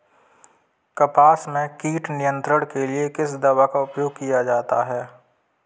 कपास में कीट नियंत्रण के लिए किस दवा का प्रयोग किया जाता है?